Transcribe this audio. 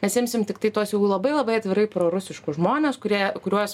mes imsim tiktai tuos jau labai labai atvirai prorusiškus žmones kurie kuriuos